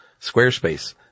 Squarespace